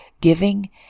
giving